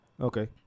Okay